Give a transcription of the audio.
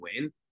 win